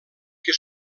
que